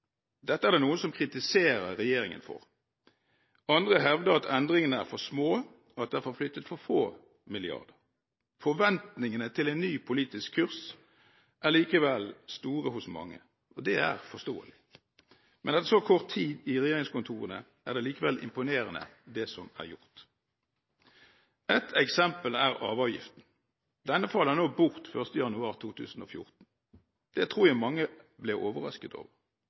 Dette er det noen som kritiserer regjeringen for. Andre hevder at endringene er for små, at det er flyttet for få milliarder. Forventningene til en ny politisk kurs er likevel store hos mange. Det er forståelig. Men etter så kort tid i regjeringskontorene er det likevel imponerende det som er gjort. Ett eksempel er arveavgiften. Denne faller nå bort 1. januar 2014. Det tror jeg mange ble overrasket over.